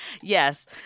Yes